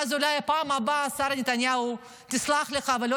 ואז אולי בפעם הבאה שרה נתניהו תסלח לך ולא